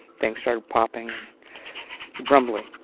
things started popping and rumbling.